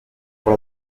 pour